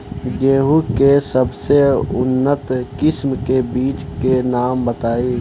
गेहूं के सबसे उन्नत किस्म के बिज के नाम बताई?